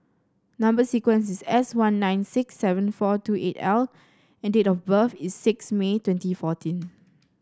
number sequence is S one nine six seven four two eight L and date of birth is six May twenty fourteen